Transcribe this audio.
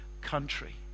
country